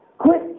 Quit